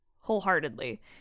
wholeheartedly